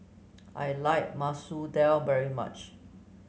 I like Masoor Dal very much